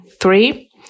three